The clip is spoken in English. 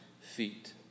feet